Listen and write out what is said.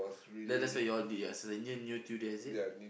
that that's what you all did ya so in the end you two that's it